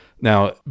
Now